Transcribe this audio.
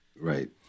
Right